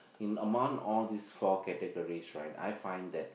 in among all these four categories right I find that